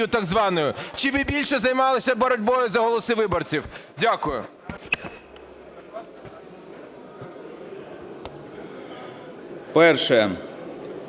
Перше.